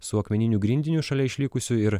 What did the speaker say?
su akmeniniu grindiniu šalia išlikusiu ir